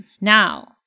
now